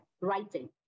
writing